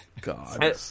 God